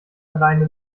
alleine